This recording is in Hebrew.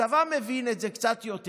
הצבא מבין את זה קצת יותר.